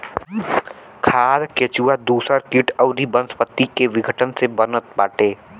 खाद केचुआ दूसर किट अउरी वनस्पति के विघटन से बनत बाटे